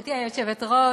גברתי היושבת-ראש,